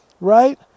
right